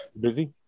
Busy